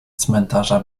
cmentarza